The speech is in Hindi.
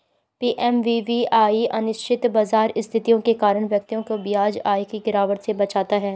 पी.एम.वी.वी.वाई अनिश्चित बाजार स्थितियों के कारण व्यक्ति को ब्याज आय की गिरावट से बचाता है